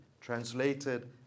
translated